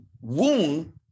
wound